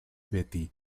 betty